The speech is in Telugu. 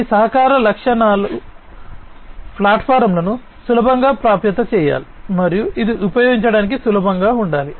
ఈ సహకార ప్లాట్ఫారమ్లను సులభంగా ప్రాప్యత చేయాలి మరియు ఇది ఉపయోగించడానికి సులభంగా ఉండాలి